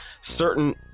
certain